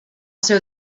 seu